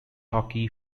hockey